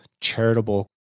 charitable